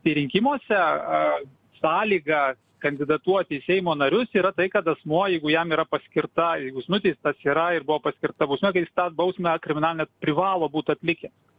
tai rinkimuose sąlyga kandidatuoti į seimo narius yra tai kad asmuo jeigu jam yra paskirta jeigu jis nuteistas yra ir buvo paskirta bausmė tai jis tą bausmę kriminalinę privalo būt atlikęs